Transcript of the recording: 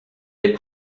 est